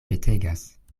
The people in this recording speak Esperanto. petegas